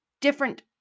Different